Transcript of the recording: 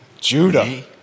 Judah